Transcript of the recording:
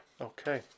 Okay